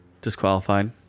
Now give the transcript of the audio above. disqualified